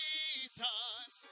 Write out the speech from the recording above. Jesus